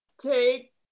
Take